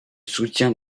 soutien